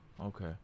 Okay